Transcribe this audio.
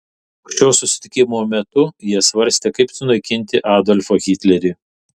šio susitikimo metu jie svarstė kaip sunaikinti adolfą hitlerį